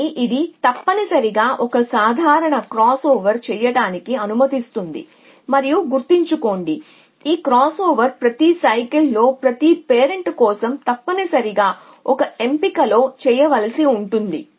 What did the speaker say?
కానీ ఇది తప్పనిసరిగా ఒక సాధారణ క్రాస్ఓవర్ చేయడానికి అనుమతిస్తుంది మరియు గుర్తుంచుకోండి ఈ క్రాస్ఓవర్ ప్రతి చక్రంలో ప్రతి పేరెంట్ కోసం తప్పనిసరిగా ఒక ఎంపికలో చేయవలసి ఉంటుంది